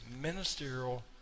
ministerial